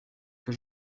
que